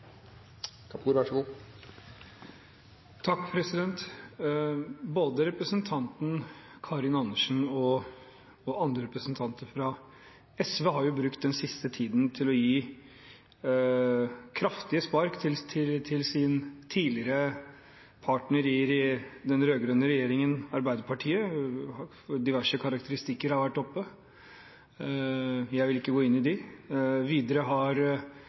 andre representanter fra SV har brukt den siste tiden til å gi kraftige spark til sin tidligere partner i den rød-grønne regjeringen Arbeiderpartiet. Diverse karakteristikker har kommet opp; jeg vil ikke gå inn i dem. Videre har